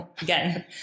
again